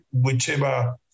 whichever